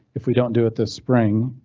if we don't do it this spring.